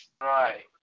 Right